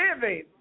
living